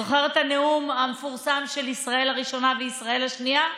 זוכר את הנאום המפורסם של ישראל הראשונה וישראל השנייה?